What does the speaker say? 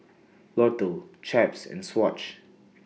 Lotto Chaps and Swatch